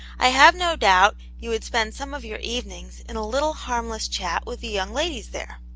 i have no doubt you would spend some of your evenings in a little harmless chat with the young ladies there.